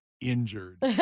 injured